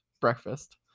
breakfast